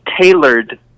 tailored